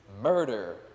murder